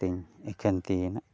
ᱛᱤᱧ ᱮᱠᱷᱮᱱ ᱛᱤᱭᱮᱱᱟ